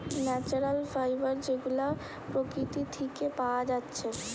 natural fibre যেগুলা প্রকৃতি থিকে পায়া যাচ্ছে